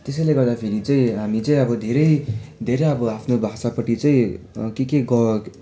त्यसैले गर्दा फेरि चाहिँ हामी चाहिँ अब धेरै आफ्नो भाषापट्टि चाहिँ के के